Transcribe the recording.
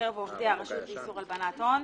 מקרב עובדי הרשות לאיסור הלבנת הון,